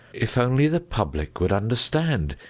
if only the public would understand!